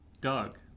Doug